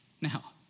Now